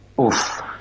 Oof